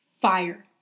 Fire